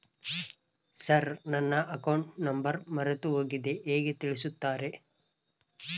Sir ನನ್ನ account number ಮರೆತುಹೋಗಿದೆ ಹೇಗೆ ತಿಳಿಸುತ್ತಾರೆ?